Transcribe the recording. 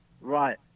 Right